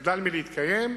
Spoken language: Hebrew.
תחדל מלהתקיים.